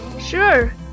Sure